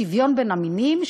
שוויון בין המינים,